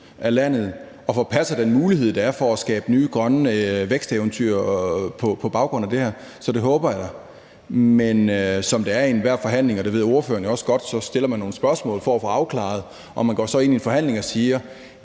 af landet, så man forpasser den mulighed, der er for at skabe nye grønne væksteventyr på baggrund af det her. Så det håber jeg. Men som det er i enhver forhandling – og det ved ordføreren jo også godt – stiller man nogle spørgsmål for at få afklaring. Man går så ind til en forhandling og siger: